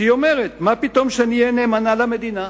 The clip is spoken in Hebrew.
שאומרת: מה פתאום שאני אהיה נאמנה למדינה?